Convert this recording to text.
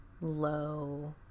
low